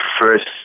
first